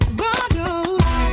bottles